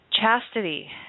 Chastity